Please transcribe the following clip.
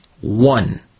one